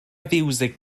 fiwsig